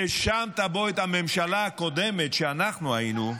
האשמת בו את הממשלה הקודמת, שאנחנו היינו בה,